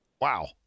wow